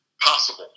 possible